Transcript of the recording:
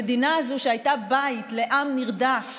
המדינה הזאת, שהייתה בית לעם נרדף